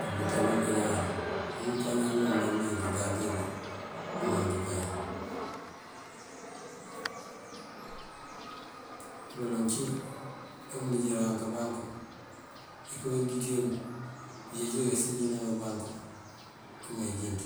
këluţan dí ubeñuwar wuŋ, amënfañ amëkëma mëmbá bëliyëng këgant yul këmaŋ këkayan. baloŋ cí ebënijaran kabanku iko indiţ yunk bëjeej yul kasincëna kabanku ikëma ujënţ.